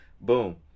boom